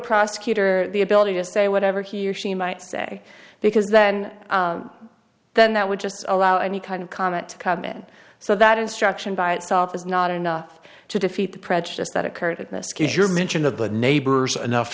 prosecutor the ability to say whatever he or she might say because then then that would just allow any kind of comment to come in so that instruction by itself is not enough to defeat the prejudice that occurred